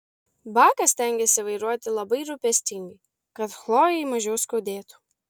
bakas stengėsi vairuoti labai rūpestingai kad chlojei mažiau skaudėtų